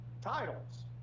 titles